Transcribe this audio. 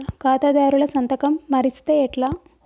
ఖాతాదారుల సంతకం మరిస్తే ఎట్లా?